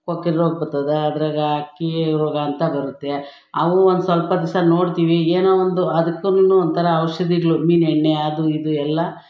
ಕೊಕ್ಕೆ ರೋಗ ಬತ್ತದೆ ಅದ್ರಾಗ ಹಕ್ಕಿ ರೋಗ ಅಂತ ಬರುತ್ತೆ ಅವು ಒಂದುಸ್ವಲ್ಪ ದಿವಸ ನೋಡ್ತೀವಿ ಏನೋ ಒಂದು ಅದುಕ್ಕುನು ಒಂಥರ ಔಷಧಿಗ್ಳು ಮೀನೆಣ್ಣೆ ಅದು ಇದು ಎಲ್ಲ